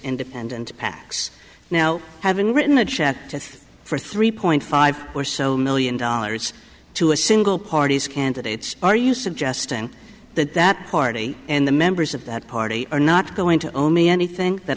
independent pacs now having written a check to for three point five or so million dollars to a single party's candidates are you suggesting that that party and the members of that party are not going to owe me anything that